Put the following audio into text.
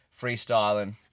freestyling